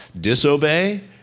disobey